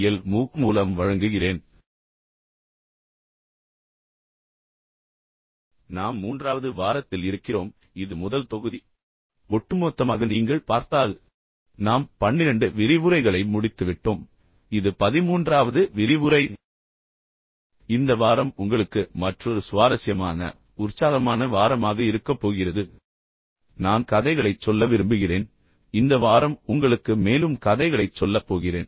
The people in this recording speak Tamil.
எல் மூக் மூலம் வழங்குகிறேன் நாம் மூன்றாவது வாரத்தில் இருக்கிறோம் இது முதல் தொகுதி ஒட்டுமொத்தமாக நீங்கள் பார்த்தால் நாம் பன்னிரண்டு விரிவுரைகளை முடித்துவிட்டோம் இது பதிமூன்றாவது விரிவுரை இந்த வாரம் உங்களுக்கு மற்றொரு சுவாரஸ்யமான உற்சாகமான வாரமாக இருக்கப்போகிறது ஏனென்றால் நான் ஆரம்பத்தில் சொன்னது போல் நான் கதைகளைச் சொல்ல விரும்புகிறேன் இந்த வாரம் உங்களுக்கு மேலும் கதைகளைச் சொல்லப் போகிறேன்